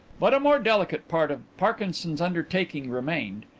but a more delicate part of parkinson's undertaking remained.